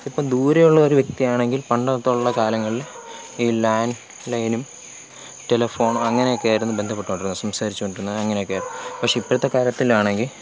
ഇപ്പം ദൂരെയുള്ള ഒരു വ്യക്തിയാണെങ്കിൽ പണ്ടുതൊട്ടുള്ള കാലങ്ങളിൽ ഈ ലാൻഡ്ലൈനും ടെലഫോൺ അങ്ങനെയൊക്കെയായിരുന്നു ബന്ധപ്പെട്ടുകൊണ്ടിരുന്നത് സംസാരിച്ചുകൊണ്ടിരുന്നത് അങ്ങനെയൊക്കെയായിരുന്നു പക്ഷേ ഇപ്പോഴത്തെ കാലത്തിലാണെങ്കിൽ